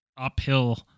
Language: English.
uphill